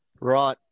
Right